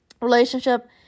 relationship